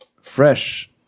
Fresh